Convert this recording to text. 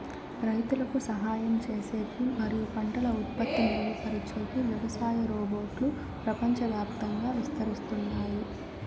రైతులకు సహాయం చేసేకి మరియు పంటల ఉత్పత్తి మెరుగుపరిచేకి వ్యవసాయ రోబోట్లు ప్రపంచవ్యాప్తంగా విస్తరిస్తున్నాయి